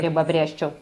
ribą brėžčiau